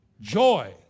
joy